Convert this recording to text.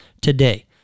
today